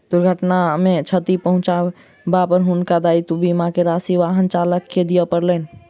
दुर्घटना मे क्षति पहुँचाबै पर हुनका दायित्व बीमा के राशि वाहन चालक के दिअ पड़लैन